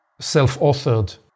self-authored